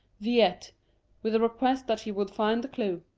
viete, with the request that he would find the clue.